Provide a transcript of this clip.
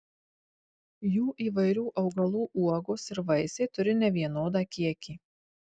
jų įvairių augalų uogos ir vaisiai turi nevienodą kiekį